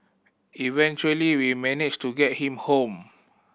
eventually we managed to get him home